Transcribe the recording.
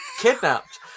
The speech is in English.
kidnapped